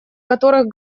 которых